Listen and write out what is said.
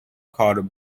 called